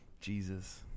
jesus